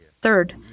Third